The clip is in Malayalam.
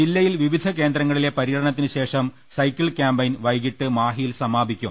ജില്ല യിൽ വിവിധ കേന്ദ്രങ്ങളിലെ പര്യടനത്തിനുശേഷം സൈക്കിൾ ക്യാമ്പയിൻ വൈകീട്ട് മാഹിയിൽ സമാപിക്കും